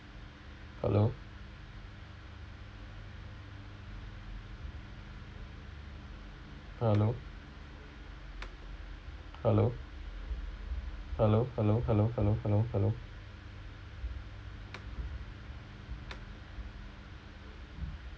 hello hello hello hello hello hello hello hello hello